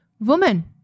woman